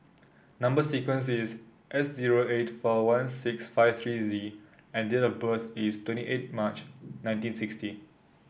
number sequence is S zero eight four one six five three Z and date of birth is twenty eight March nineteen sixty